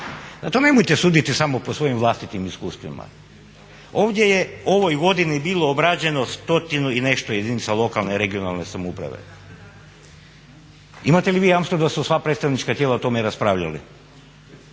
tome, nemojte suditi samo po svojim vlastitim iskustvima. Ovdje je u ovoj godini bilo obrađeno stotinu i nešto jedinica lokalne i regionalne samouprave. Imate li vi jamstva da su sva predstavnička tijela o tome raspravljali?